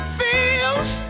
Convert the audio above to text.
feels